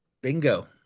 Bingo